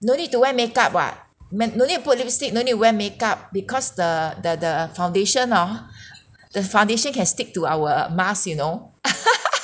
no need to wear makeup [what] m~ no need to put lipstick no need wear makeup because the the the foundation orh the foundation can stick to our mask you know